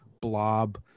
blob